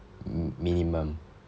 minimum